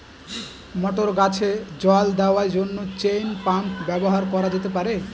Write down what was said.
মটর গাছে জল দেওয়ার জন্য চেইন পাম্প ব্যবহার করা যেতে পার?